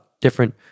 different